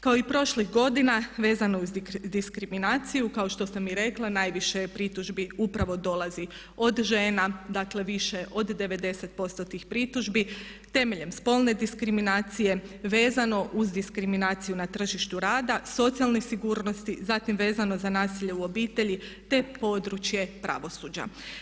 Kao i prošlih godina vezano uz diskriminaciju kao što sam i rekla najviše je pritužbi upravo dolazi od žena, dakle više od 90% tih pritužbi, temelj spolne diskriminacije, vezano uz diskriminaciju na tržištu rada, socijalne sigurnosti, zatim vezano za nasilje u obitelji te područje pravosuđa.